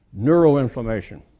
neuroinflammation